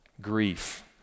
grief